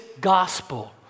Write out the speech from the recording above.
gospel